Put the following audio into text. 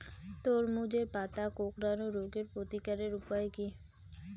তরমুজের পাতা কোঁকড়ানো রোগের প্রতিকারের উপায় কী?